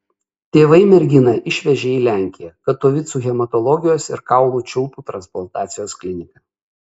tėvai merginą išvežė į lenkiją katovicų hematologijos ir kaulų čiulpų transplantacijos kliniką